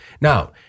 Now